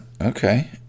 Okay